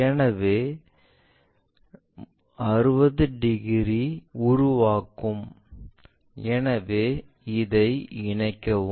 எனவே 60 டிகிரி உருவாக்கும் எனவே இதை இணைக்கவும்